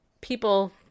people